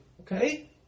Okay